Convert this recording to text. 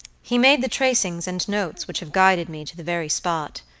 he made the tracings and notes which have guided me to the very spot,